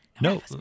no